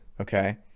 okay